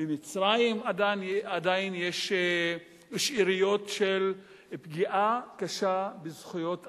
במצרים עדיין יש שאריות של פגיעה קשה בזכויות אדם.